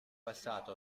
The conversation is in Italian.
passato